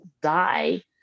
die